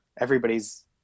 everybody's